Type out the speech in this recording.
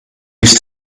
used